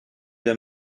der